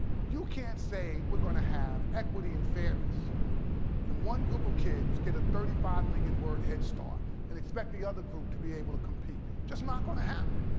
you can't say we're going to have equity and fairness and one group of kids get a thirty five million word head start and expect the other group to be able to compete. just not going to happen.